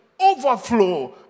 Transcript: Overflow